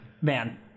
Man